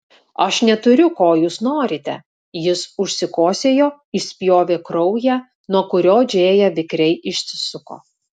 aš neturiu ko jūs norite jis užsikosėjo išspjovė kraują nuo kurio džėja vikriai išsisuko